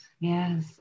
yes